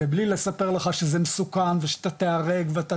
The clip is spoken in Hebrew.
ובלי לספר לך שזה מסוכן ושאתה תיהרג ואתה